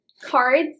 cards